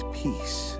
peace